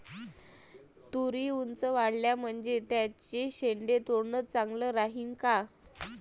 तुरी ऊंच वाढल्या म्हनजे त्याचे शेंडे तोडनं चांगलं राहीन का?